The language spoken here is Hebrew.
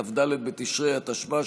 כ"ד בתשרי התשפ"א,